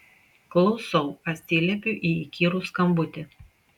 klausau atsiliepiu į įkyrų skambutį